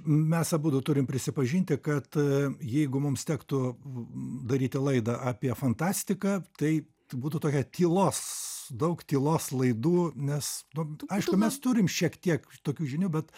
mes abudu turim prisipažinti kad ee jeigu mums tektų daryti laidą apie fantastiką tai būtų tokia tylos daug tylos laidų nes nu aišku mes turim šiek tiek tokių žinių bet